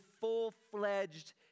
full-fledged